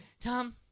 Tom